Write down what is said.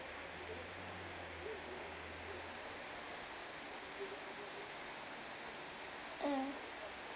uh